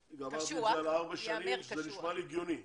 וגמרתי את זה על ארבע שנים, זה נשמע לי הגיוני.